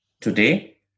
Today